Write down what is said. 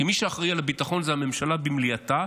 מי שאחראי על הביטחון זו הממשלה במליאתה,